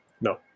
No